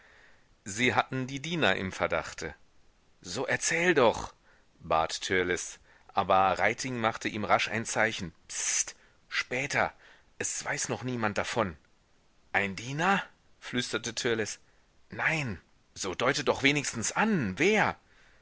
sie hatten die diener im verdachte so erzähl doch bat törleß aber reiting machte ihm rasch ein zeichen pst später es weiß noch niemand davon ein diener flüsterte törleß nein so deute doch wenigstens an wer